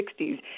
1960s